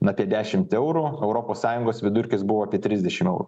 apie dešimt eurų europos sąjungos vidurkis buvo apie trisdešim eurų